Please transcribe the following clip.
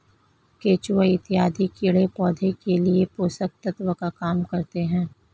केचुआ इत्यादि कीड़े पौधे के लिए पोषक तत्व का काम करते हैं